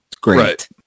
great